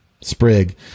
sprig